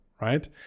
right